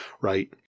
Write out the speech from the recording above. right